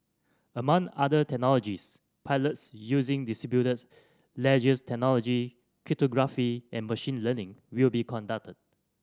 among other technologies pilots using ledgers technology cryptography and machine learning will be conducted